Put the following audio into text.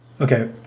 Okay